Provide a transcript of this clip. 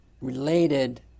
related